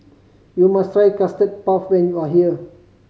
you must try Custard Puff when you are here